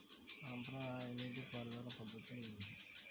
సాంప్రదాయ నీటి పారుదల పద్ధతులు ఏమిటి?